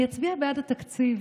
אני אצביע בעד התקציב,